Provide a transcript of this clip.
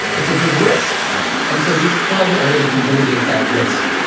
it's a big risk. yeah and so these clubs are able to mitigate that risk.